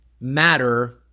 matter